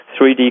3D